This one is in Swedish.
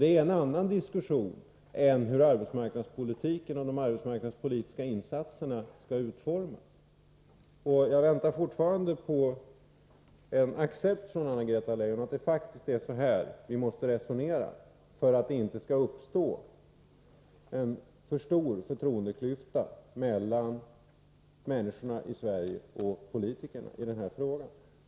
Det är en annan diskussion än den om hur arbetsmarknadspolitiken och de arbetsmarknadspolitiska insatserna skall utformas. Jag väntar fortfarande på en accept från Anna-Greta Leijon att det faktiskt är så vi måste resonera för att det inte skall uppstå en för stor förtroendeklyfta mellan de vanliga människorna i Sverige och politikerna i den här frågan.